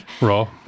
Raw